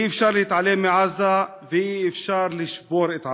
אי-אפשר להתעלם מעזה ואי-אפשר לשבור את עזה.